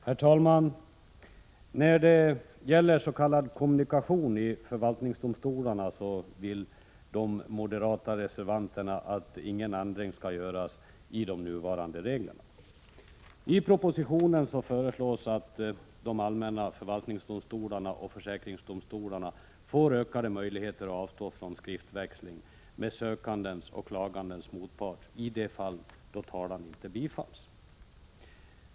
Herr talman! Då det gäller s.k. kommunikation i förvaltningsdomstolarna vill de moderata reservanterna att ingen ändring skall göras i de nuvarande reglerna. I propositionen föreslås att de allmänna förvaltningsdomstolarna och försäkringsdomstolarna får ökade möjligheter att avstå från skriftväxling med sökandens och klagandens motpart i de fall där talan inte bifalls.